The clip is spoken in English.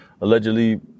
allegedly